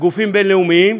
גופים בין-לאומיים,